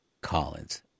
Collins